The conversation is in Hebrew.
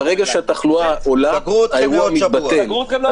יכול להיות שראוי להבהיר ולהגיד את זה במפורש,